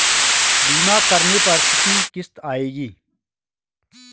बीमा करने पर कितनी किश्त आएगी?